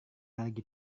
lagi